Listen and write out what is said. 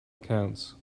accounts